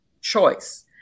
choice